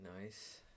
Nice